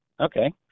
Okay